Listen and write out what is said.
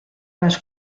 las